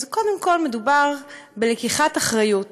אז קודם כול מדובר בלקיחת אחריות.